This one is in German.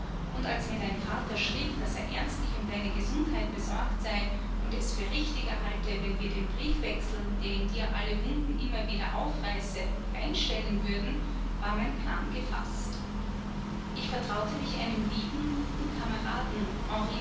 und als mir dein vater schrieb daß er ernstlich um deine gesundheit besorgt sei und es für richtiger halte wenn wir den briefwechsel der in dir alle wunden immer wieder aufreiße einstellen würden war mein plan gefaßt ich vertraute mich einem lieben guten kameraden